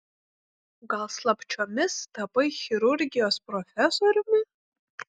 gal slapčiomis tapai chirurgijos profesoriumi